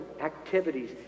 activities